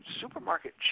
supermarket